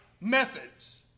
methods